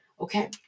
Okay